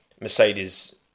Mercedes